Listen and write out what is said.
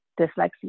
dyslexia